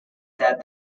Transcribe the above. that